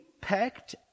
pecked